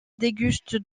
déguste